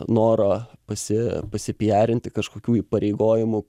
noro pasi pasipijarinti kažkokių įpareigojimų